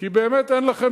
כי באמת אין לכם